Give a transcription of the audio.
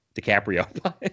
DiCaprio